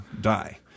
die